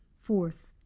Fourth